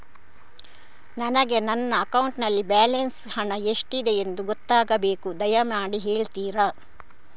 ನನಗೆ ನನ್ನ ಅಕೌಂಟಲ್ಲಿ ಬ್ಯಾಲೆನ್ಸ್ ಹಣ ಎಷ್ಟಿದೆ ಎಂದು ಗೊತ್ತಾಗಬೇಕು, ದಯಮಾಡಿ ಹೇಳ್ತಿರಾ?